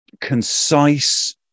concise